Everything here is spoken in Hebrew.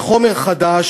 וחומר חדש,